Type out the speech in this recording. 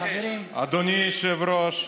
אדוני היושב-ראש,